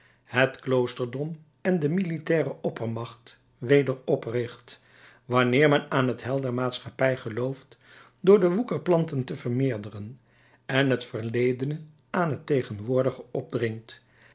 het kloosterdom en de militaire oppermacht weder opricht wanneer men aan het heil der maatschappij gelooft door de woekerplanten te vermeerderen en het verledene aan het tegenwoordige opdringt